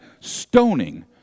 stoning